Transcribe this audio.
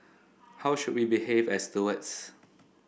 how should we behave as stewards